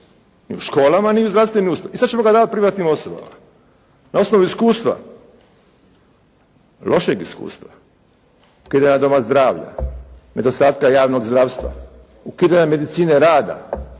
ni u školama ni u zdravstvenim ustanovama i sad ćemo ga davati privatnim osobama. Na osnovu iskustva, lošeg iskustva, kad nema doma zdravlja, nedostatka javnog zdravstva, ukidanje medicine rada,